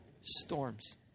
storms